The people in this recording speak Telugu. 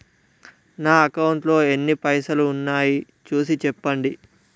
నా అకౌంట్లో ఎన్ని పైసలు ఉన్నాయి చూసి చెప్పండి?